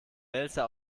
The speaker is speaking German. wälzer